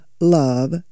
love